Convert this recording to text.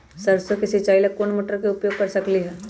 सरसों के सिचाई ला कोंन मोटर के उपयोग कर सकली ह?